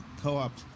Co-op